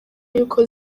y’uko